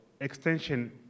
extension